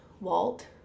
Walt